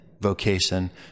vocation